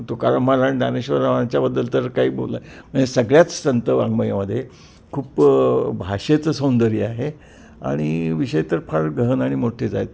तुकाराम महाराज ज्ञानेश्वर महाराजांच्याबद्दल तर काही बोलायचं म्हणजे सगळ्याच संत वाङ्मयामध्ये खूप भाषेचं सौंदर्य आहे आणि विषय तर फार गहन आणि मोठेच आहेत